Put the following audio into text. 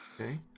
Okay